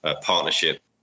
partnership